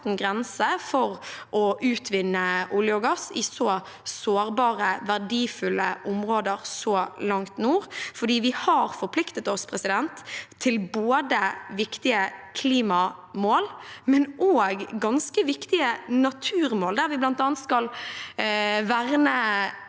en grense for å utvinne olje og gass i så sårbare og verdifulle områder så langt nord. Vi har forpliktet oss til viktige klimamål, men også ganske viktige naturmål, der vi bl.a. skal verne